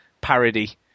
parody